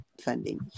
funding